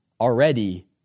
already